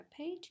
webpage